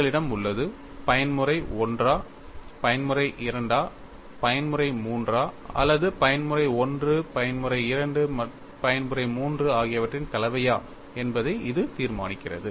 உங்களிடம் உள்ளது பயன்முறை I ஆ பயன்முறை II ஆ பயன்முறை III ஆ அல்லது பயன்முறை I பயன்முறை II பயன்முறை III ஆகியவற்றின் கலவையா என்பதை இது தீர்மானிக்கிறது